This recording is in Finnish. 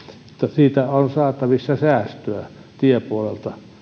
siitä on saatavissa säästöä tiepuolelta